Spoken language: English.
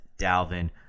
Dalvin